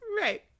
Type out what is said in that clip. Right